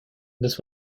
this